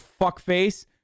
fuckface